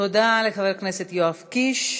תודה לחבר הכנסת יואב קיש.